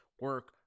Work